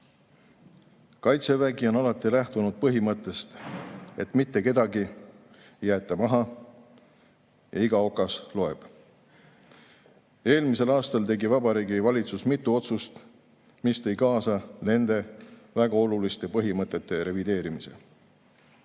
Kaitsevägi on alati lähtunud põhimõttest, et mitte kedagi ei jäeta maha ja iga okas loeb. Eelmisel aastal tegi Vabariigi Valitsus mitu otsust, mis tõi kaasa nende väga oluliste põhimõtete revideerimise.